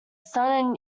son